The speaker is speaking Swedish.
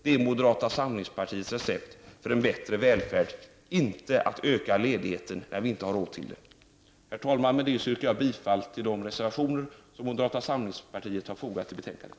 Det är moderata samlingspartiets recept för en bättre välfärd, inte en ökad ledighet som vi inte har råd till. Herr talman! Med det anförda yrkar jag bifall till de reservationer som moderata samlingspartiet har fogat till betänkandet.